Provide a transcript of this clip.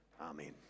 amen